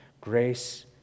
Grace